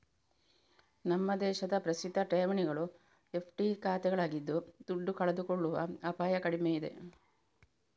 ನಮ್ಮ ದೇಶದ ಪ್ರಸಿದ್ಧ ಠೇವಣಿಗಳು ಎಫ್.ಡಿ ಖಾತೆಗಳಾಗಿದ್ದು ದುಡ್ಡು ಕಳೆದುಕೊಳ್ಳುವ ಅಪಾಯ ಕಡಿಮೆ ಇದೆ